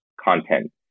content